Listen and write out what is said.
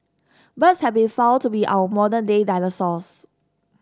birds have been found to be our modern day dinosaurs